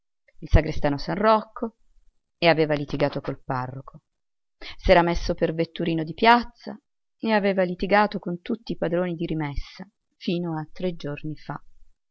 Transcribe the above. il sagrestano a san rocco e aveva litigato col parroco s'era messo per vetturino di piazza e aveva litigato con tutti i padroni di rimessa fino a tre giorni fa